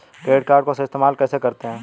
Credit card को इस्तेमाल कैसे करते हैं?